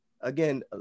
again